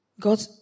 God